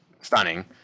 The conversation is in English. stunning